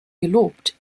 gelobt